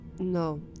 No